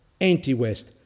anti-West